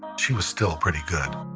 she was still pretty good